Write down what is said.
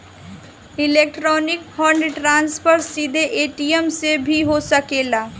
electronic fund transfer सीधे ATM से भी हो सकेला